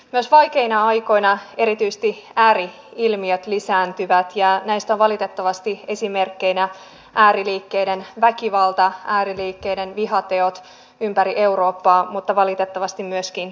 myös vaikeina aikoina erityisesti ääri ilmiöt lisääntyvät ja näistä ovat valitettavasti esimerkkeinä ääriliikkeiden väkivalta ääriliikkeiden vihateot ympäri eurooppaa mutta valitettavasti myöskin suomessa